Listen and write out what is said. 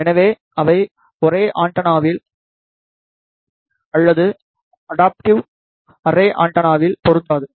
எனவே அவை அரே ஆண்டெனாவில் அல்லது அடாப்டிவ் அரே ஆண்டெனாவில் பொருந்தாது